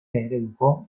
ereduko